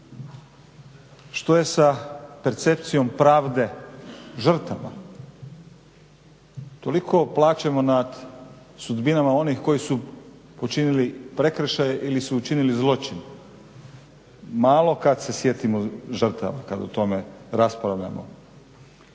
Što je sa percepcijom pravde žrtava? Toliko plačemo nad sudbinama onih koji su počinili prekršaj ili su učinili zločin, malo kada se sjetimo žrtava, kada o tome raspravljamo.